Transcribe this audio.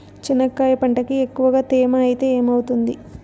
చెనక్కాయ పంటకి ఎక్కువగా తేమ ఐతే ఏమవుతుంది?